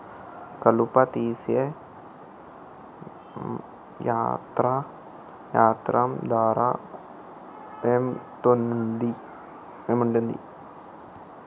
కలుపు తీసే యంత్రం ధర ఎంతుటది?